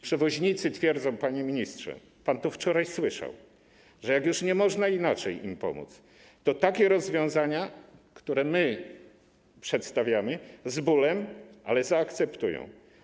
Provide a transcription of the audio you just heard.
Przewoźnicy twierdzą, panie ministrze - pan to wczoraj słyszał - że jak już nie można inaczej im pomóc, to takie rozwiązania, które my przedstawiamy, z bólem, ale zaakceptują.